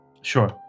Sure